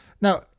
Now